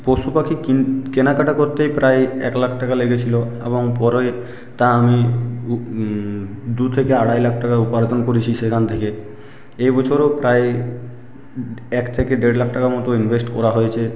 পশু পাখি কি কেনাকাটা করতেই প্রায় এক লাখ টাকা লেগেছিলো এবং পরে তা আমি দু থেকে আড়াই লাখ টাকা উপার্জন করেছি সেখান থেকে এ বছরও প্রায় এক থেকে দেড় লাখ টাকা মতো ইনভেস্ট করা হয়েছে